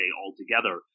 altogether